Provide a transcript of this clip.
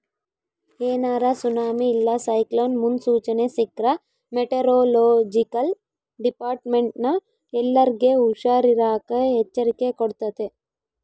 ಏನಾರ ಸುನಾಮಿ ಇಲ್ಲ ಸೈಕ್ಲೋನ್ ಮುನ್ಸೂಚನೆ ಸಿಕ್ರ್ಕ ಮೆಟೆರೊಲೊಜಿಕಲ್ ಡಿಪಾರ್ಟ್ಮೆಂಟ್ನ ಎಲ್ಲರ್ಗೆ ಹುಷಾರಿರಾಕ ಎಚ್ಚರಿಕೆ ಕೊಡ್ತತೆ